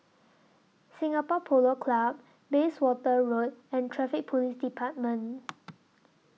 Singapore Polo Club Bayswater Road and Traffic Police department